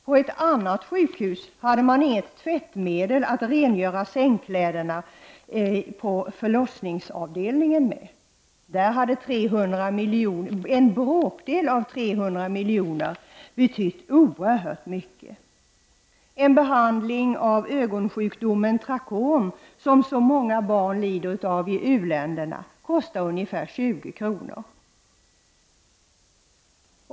På ett annat sjukhus hade man inget tvättmedel att rengöra sängkläderna på förlossningsavdelningen med. Där hade en bråkdel av 300 miljoner betytt oerhört mycket. En behandling av ögonsjukdomen trakom, som så många barn lider av i u-länderna, kostar ungefär 20 kr.